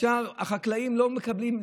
החקלאים לא מקבלים,